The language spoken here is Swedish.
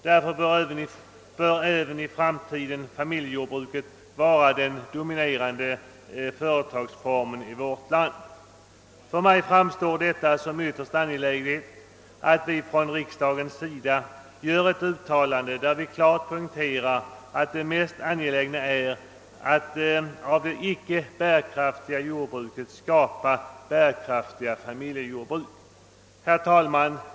Därför bör även i framtiden familjejordbruket vara den dominerande företagsformen i vårt land. För mig framstår det som ytterst an Åtgärder för att åstadkomma bärkraftiga och effektiva familjejordbruk geläget att riksdagen gör ett uttalande där vi klart poängterar att det viktigaste är att av de icke bärkraftiga jordbruken skapa bärkraftiga familjejordbruk. Herr talman!